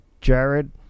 jared